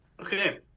Okay